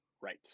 Right